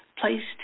placed